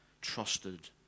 trusted